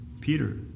Peter